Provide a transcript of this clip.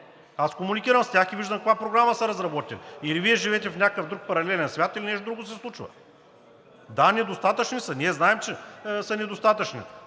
Аз комуникирам с тях и виждам каква програма са разработили. Или Вие живеете в някакъв друг паралелен свят, или нещо друго се случва?! (Реплики.) Да, недостатъчни са. Ние знаем, че са недостатъчни.